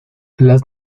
las